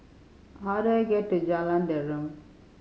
how do I get to Jalan Derum